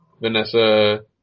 Vanessa